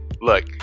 Look